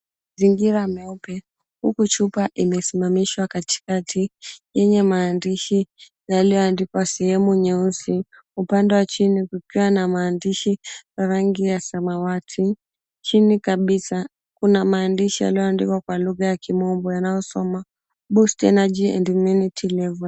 Mazingira meupe, huku chupa imesimamishwa katikati, yenye maandishi yaliyoandikwa sehemu nyeusi. Upande wa chini kukiwa na maandishi ya rangi ya samawati, chini kabisa kuna maandishi yaliyoandikwa kwa lugha ya Kimombo yanayosoma, Boost Energy and Immunity Level.